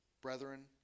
brethren